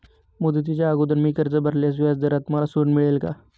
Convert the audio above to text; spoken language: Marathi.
मुदतीच्या अगोदर मी कर्ज भरल्यास व्याजदरात मला सूट मिळेल का?